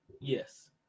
Yes